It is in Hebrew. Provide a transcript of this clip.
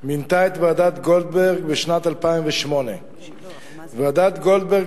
מינתה את ועדת-גולדברג בשנת 2008. ועדת-גולדברג